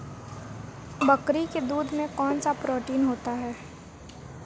बकरी के दूध में कौनसा प्रोटीन होता है?